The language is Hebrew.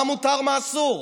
מה מותר ומה אסור,